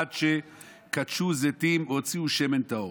עד שכתשו זיתים והוציאו שמן טהור.